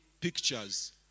pictures